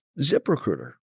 ZipRecruiter